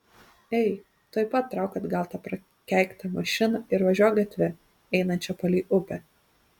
ei tuoj pat trauk atgal tą prakeiktą mašiną ir važiuok gatve einančia palei upę